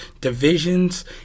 divisions